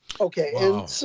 okay